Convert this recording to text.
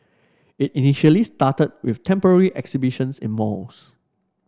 it initially started with temporary exhibitions in malls